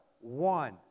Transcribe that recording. one